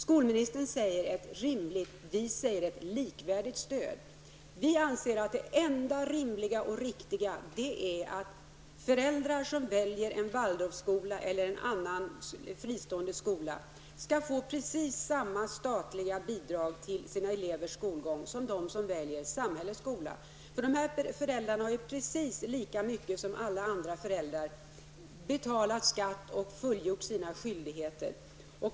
Skolministern talar om ett rimligt stöd, medan vi talar om ett likvärdigt stöd. Vi anser att det enda rimliga och riktiga är att föräldrar som väljer en Waldorfskola eller någon annan fristående skola skall få precis samma statliga bidrag till sina barns skolgång som de som väljer samhällets skola. Dessa föräldrar har i precis lika stor omfattning som alla andra föräldrar betalat skatt och fullgjort sina skyldigheter.